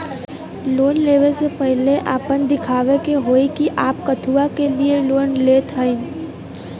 Loan ले वे से पहिले आपन दिखावे के होई कि आप कथुआ के लिए लोन लेत हईन?